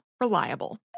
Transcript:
Reliable